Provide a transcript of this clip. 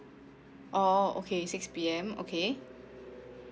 oh okay six P_M okay